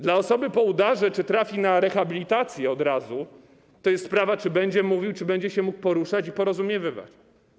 Dla osoby po udarze to, czy trafi na rehabilitację od razu, to jest sprawa tego, czy będzie mówiła, czy będzie się mogła poruszać i porozumiewać.